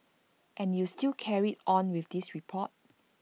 and you still carried on with this report